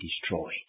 destroyed